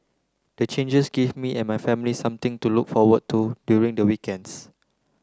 the changes give me and my family something to look forward to during the weekends